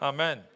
Amen